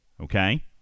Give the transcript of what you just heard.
Okay